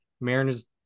Mariners